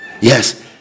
Yes